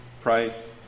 Price